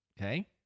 Okay